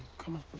come on.